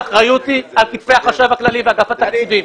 האחריות היא על כתפי החשב הכללי ואגף התקציבים.